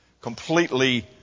completely